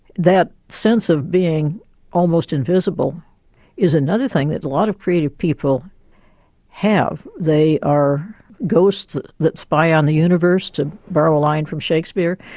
that sense of being almost invisible is another thing that a lot of creative people have they are ghosts that spy on the universe, to borrow a line from shakespeare,